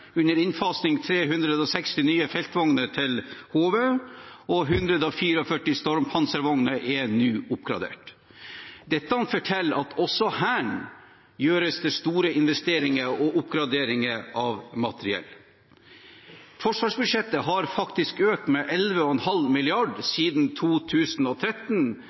under innfasing 360 nye feltvogner til Heimevernet, og 144 stormpanservogner er nå oppgradert. Dette forteller at også i Hæren gjøres det store investeringer og oppgraderinger av materiell. Forsvarsbudsjettet har faktisk økt med 11,5 mrd. kr siden 2013,